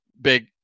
big